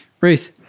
ruth